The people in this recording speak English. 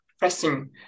Pressing